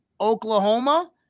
Oklahoma